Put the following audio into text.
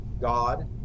God